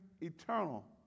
eternal